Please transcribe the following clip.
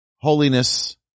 holiness